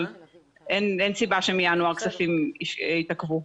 אבל אין סיבה שמינואר כספים יתעכבו.